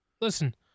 Listen